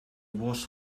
was